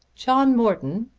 john morton,